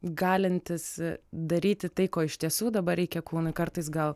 galintys daryti tai ko iš tiesų dabar reikia kūnui kartais gal